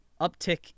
uptick